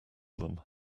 them